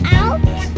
out